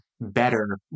better